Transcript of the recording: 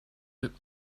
look